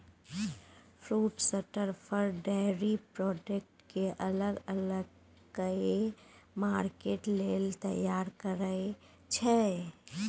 food शार्टर फर, dairy product केँ अलग अलग कए मार्केट लेल तैयार करय छै